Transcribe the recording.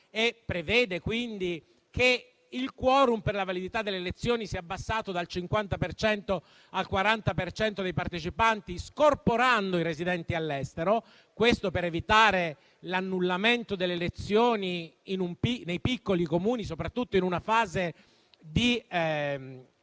prevedendo quindi che il *quorum* per la validità delle elezioni sia abbassato dal 50 per cento al 40 per cento, scorporando i residenti all'estero, per evitare l'annullamento delle elezioni nei piccoli Comuni, soprattutto in una fase di